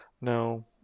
No